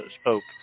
spoke